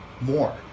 more